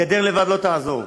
גדר לבד לא תעזור.